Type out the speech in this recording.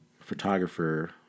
photographer